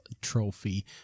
Trophy